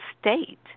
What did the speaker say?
state